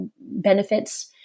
benefits